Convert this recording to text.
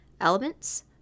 elements